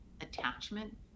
attachment